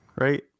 Right